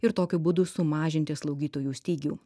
ir tokiu būdu sumažinti slaugytojų stygių